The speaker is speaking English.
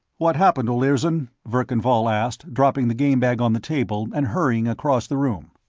what happened, olirzon? verkan vall asked, dropping the game bag on the table and hurrying across the room.